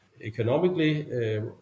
economically